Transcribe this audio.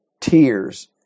tears